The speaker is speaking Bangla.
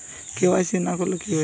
কে.ওয়াই.সি না করলে কি হয়?